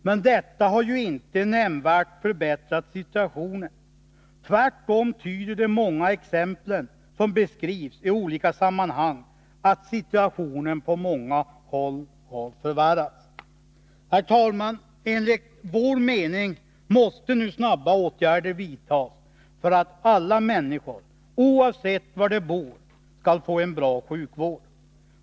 Men detta har ju inte nämnvärt förbättrat situationen. Tvärtom tyder de många exemplen som beskrivs i olika sammnahang på att situationen på många håll har förvärrats. Herr talman! Enligt vår mening måste nu snabba åtgärder vidtas för att alla människor, oavsett var de bor, skall få en bra sjukvård.